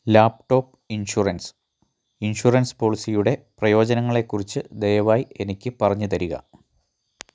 laptop insurance insurance പോളിസിയുടെ പ്രയോജനങ്ങളെക്കുറിച്ച് ദയവായി എനിക്ക് പറഞ്ഞുതരിക